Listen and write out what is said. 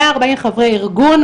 מאה ארבעים חברי ארגון,